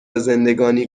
زندگانی